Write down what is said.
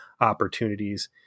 opportunities